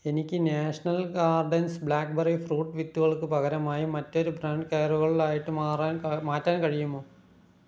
എനിക്ക് national gardens blackberry fruit വിത്തുകൾക്കു പകരമായി മറ്റൊരു ബ്രാൻഡ് കയ്യുറകൾ ആയിട്ട് മാറാൻ ക മാറ്റാൻ കഴിയുമോ